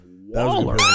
Waller